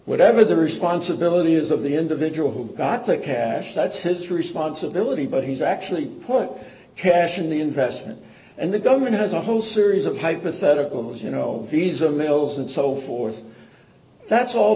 whatever the responsibility is of the individual who got the cash that's his responsibility but he's actually put cash in the investment and the government has a whole series of hypotheticals you know visa mails and so forth that's all